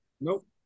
Nope